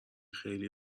خیلی